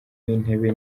w’intebe